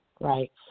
Right